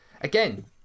again